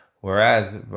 Whereas